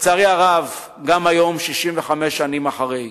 לצערי הרב, גם היום, 65 שנים אחרי,